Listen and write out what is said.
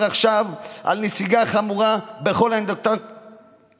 עכשיו על נסיגה חמורה בכל האינדיקטורים,